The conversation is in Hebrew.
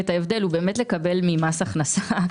זה לקבל ממס הכנסה,